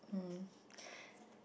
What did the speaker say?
mm